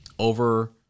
over